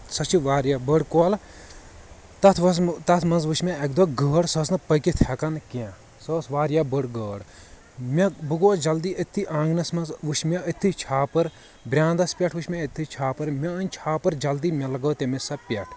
سۄ چھِ واریاہ بٔڑ کۄل تتھ وز تتھ منٛز وٕچھ مےٚ اکہِ دۄہ گٲڈ سۄ ٲس نہٕ پٔکِتھ ہیٚکان کینٛہہ سۄ ٲس واریاہ بٔڑ گٲڈ مےٚ بہٕ گوٚوس جلدی أتھی آنگنس منٛز وُچھ مےٚ أتھی چھاپٕر برانٛدس پٮ۪ٹھ وٕچھ مےٚ أتھی چھاپٕر مےٚ أنۍ چھاپٕر جلدی مےٚ لگٲو تٔمِس سۄ پٮ۪ٹھ